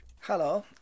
Hello